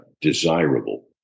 desirable